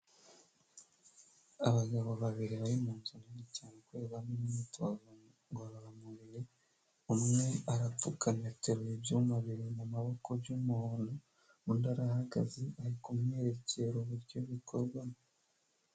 Abagabo babiri bari mu nzu nini cyane ukorwamo n'imyitozo ngororamubiri, umwe arapfukamye ateruye ibyumba bibiri mu maboko by'umuntu, undi arahagaze ari kumwerekera uburyo bikorwamo.